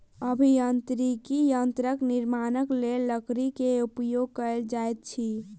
अभियांत्रिकी यंत्रक निर्माणक लेल लकड़ी के उपयोग कयल जाइत अछि